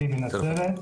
מתומצת, מתומצת.